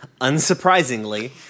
unsurprisingly